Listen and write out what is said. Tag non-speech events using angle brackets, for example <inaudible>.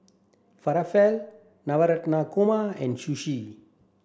Falafel <unintelligible> Korma and Sushi